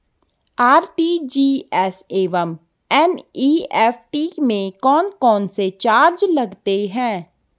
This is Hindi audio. आर.टी.जी.एस एवं एन.ई.एफ.टी में कौन कौनसे चार्ज लगते हैं?